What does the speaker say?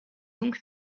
donc